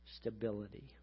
stability